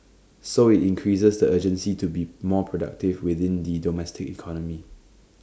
so IT increases the urgency to be more productive within the domestic economy